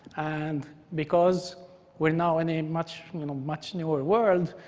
and because we're now in a much you know much newer world,